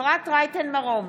אפרת רייטן מרום,